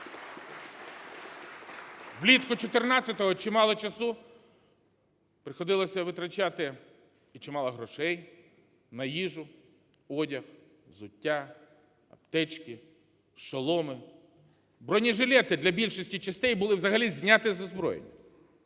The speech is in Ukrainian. Влітку 14-го чимало часу приходилося витрачати і чимало грошей на їжу, одяг, взуття, аптечки, шоломи. Бронежилети для більшості частин були взагалі зняті з озброєння